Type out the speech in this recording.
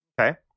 Okay